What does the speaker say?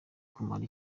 kumara